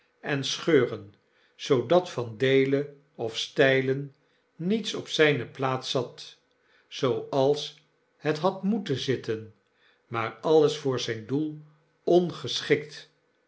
en scheuren zoodat van deelen of stpen niets op zpe plaats zat zooals het had moeten zitten maar alles voor zp doel